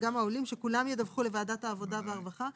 שכולם ידווחו לוועדת העבודה והרווחה?